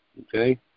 Okay